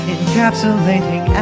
Encapsulating